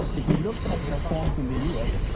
and if you look at the forms in the u s,